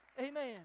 Amen